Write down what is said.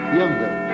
younger